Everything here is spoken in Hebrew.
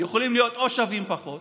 יכולים להיות או שווים פחות